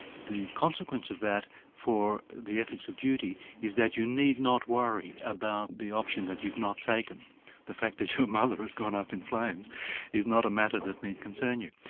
the consequence of that for the ethics of duty, is that you need not worry about the option that you've not taken the fact that your mother has gone up in flames is not a matter that need concern you.